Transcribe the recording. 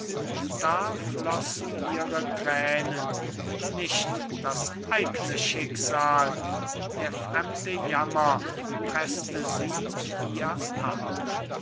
da flossen ihre tränen nicht das eigne schicksal der fremde jammer preßte sei ihr ab